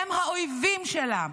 הם האויבים שלה.